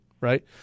Right